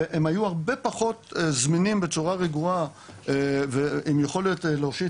והם היו הרבה פחות זמינים בצורה רגועה ועם יכולת להושיט